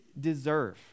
deserve